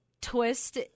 twist